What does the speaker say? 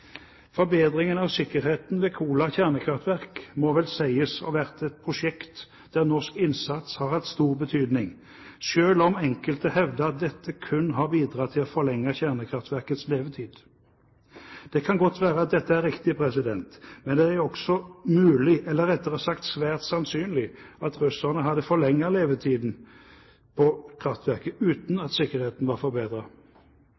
Forbedringen av sikkerheten ved Kola kjernekraftverk må vel sies å ha vært et prosjekt der norsk innsats har hatt stor betydning, selv om enkelte hevder at det kun har bidratt til å forlenge kjernekraftverkets levetid. Det kan godt være at dette er riktig, men det er også mulig, eller rettere sagt svært sannsynlig, at russerne hadde forlenget levetiden på kraftverket uten